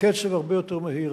בקצב הרבה יותר מהיר.